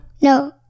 No